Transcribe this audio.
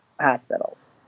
hospitals